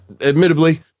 Admittedly